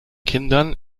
kindern